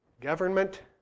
government